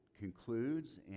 concludes